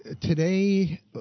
today